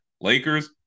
Lakers